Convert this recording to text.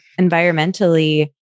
environmentally